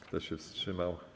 Kto się wstrzymał?